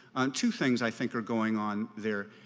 two things i think are going on there,